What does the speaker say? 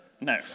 No